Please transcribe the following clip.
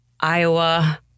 Iowa